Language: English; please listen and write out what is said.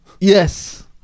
Yes